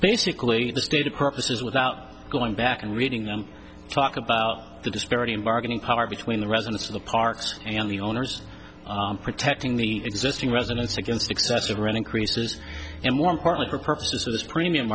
basically the stated purposes without going back and reading them talk about the disparity in bargaining power between the residents of the parks and the owners protecting the existing residents against excessive rain increases and more important for purposes of this premium